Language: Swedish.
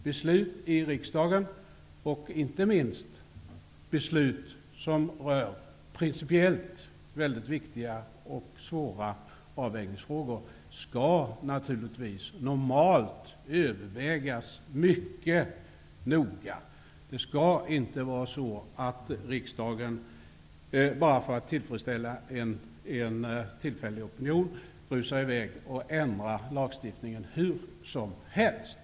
Beslut i riksdagen, och inte minst beslut som rör principiellt väldigt viktiga och svåra avvägningsfrågor, skall naturligtvis normalt övervägas mycket noga. Riksdagen skall inte bara för att tillfredsställa en tillfällig opinion rusa i väg och ändra lagstiftningen hur som helst.